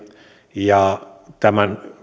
ja tämän